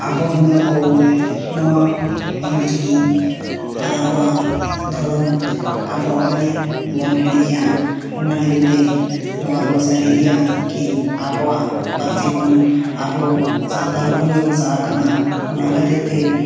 ᱟᱵᱚ ᱢᱟᱱᱣᱟ ᱠᱚ ᱱᱚᱣᱟ ᱚᱞᱪᱤᱠᱤ ᱟᱨ ᱟᱵᱚᱣᱟᱜ ᱫᱷᱚᱨᱚᱢ ᱟᱵᱚᱣᱟᱜ ᱯᱟᱹᱨᱤᱥ ᱵᱚᱱ ᱦᱤᱲᱤᱧᱮᱫᱼᱟ ᱚᱱᱟ ᱞᱟᱹᱜᱤᱫᱛᱮ ᱱᱚᱣᱟ ᱫᱚ ᱥᱟᱹᱨᱤ ᱜᱮᱭᱟ ᱠᱤ ᱟᱵᱚᱣᱟᱜ ᱯᱟᱹᱨᱥᱤ ᱠᱷᱚᱱ ᱟᱵᱚ ᱥᱟᱱᱛᱟᱲ ᱦᱚᱯᱚᱱ ᱜᱮᱵᱚᱱ ᱥᱟᱦᱟᱜ ᱠᱟᱱᱟ ᱚᱱᱟ ᱠᱷᱟᱹᱛᱤᱨᱛᱮ